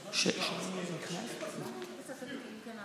אם כן,